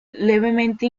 levemente